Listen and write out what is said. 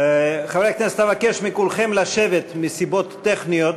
חברי הכנסת, אבקש מכולכם לשבת, מסיבות טכניות.